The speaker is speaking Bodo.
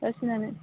बासिनानै